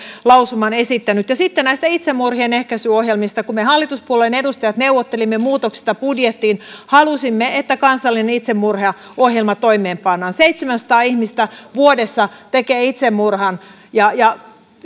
lausumassaan esittänyt sitten näistä itsemurhien ehkäisyohjelmista kun me hallituspuolueen edustajat neuvottelimme muutoksista budjettiin halusimme että kansallinen itsemurhaohjelma toimeenpannaan seitsemänsataa ihmistä vuodessa tekee itsemurhan ja ja